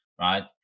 right